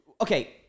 Okay